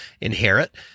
inherit